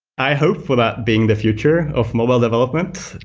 i hope for that being the future of mobile development,